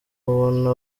ubona